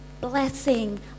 blessing